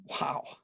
wow